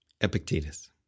Epictetus